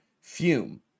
Fume